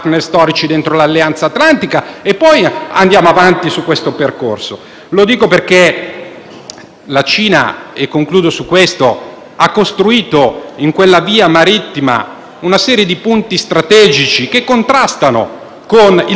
Lo dico perché la Cina ha costruito in quella via marittima una serie di punti strategici che contrastano con il principale alleato che abbiamo dentro il Patto atlantico. Vediamo gli investimenti sugli Stretti principali,